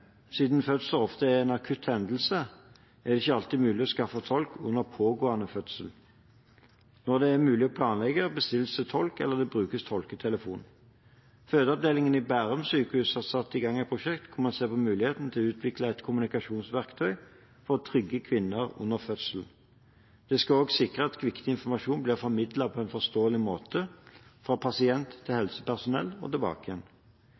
siden fødsler oftest er en akutt hendelse, er det ikke alltid mulig å skaffe tolk under en pågående fødsel. Når det er mulig å planlegge, bestilles tolk eller det brukes telefontolk. Fødeavdelingen ved Bærum sykehus har satt i gang et prosjekt hvor man ser på muligheten til å utvikle kommunikasjonsverktøy for å trygge kvinnen under fødsel. Det skal også sikre at viktig informasjon blir formidlet på en forståelig måte – fra pasient til helsepersonell og tilbake igjen.